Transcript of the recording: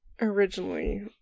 originally